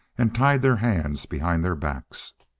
and tied their hands behind their backs.